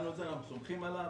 ביטלנו את זה, אנחנו סומכים עליו.